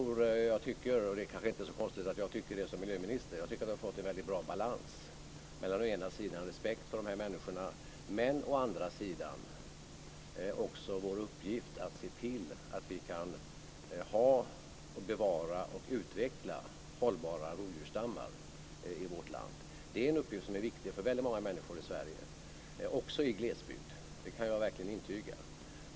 Jag tycker - det kanske inte är så konstigt att jag som miljöminister gör det - att vi har fått en väldigt bra balans mellan å ena sidan respekt för dessa människor och å andra sidan vår uppgift att se till att vi kan ha, bevara och utveckla hållbara rovdjursstammar i vårt land. Det är en uppgift som är viktig för många människor i vårt land, också i glesbygd - det kan jag verkligen intyga.